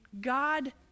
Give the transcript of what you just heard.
God